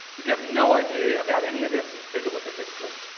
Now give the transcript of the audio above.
if you have no idea about any of this, take a look at this clip.